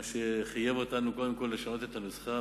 מה שחייב אותנו קודם כול לשנות את הנוסחה,